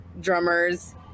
drummers